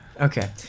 Okay